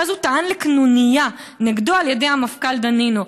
ואז הוא טען לקנוניה נגדו על ידי המפכ"ל דנינו.